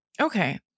Okay